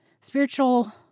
Spiritual